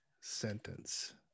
sentence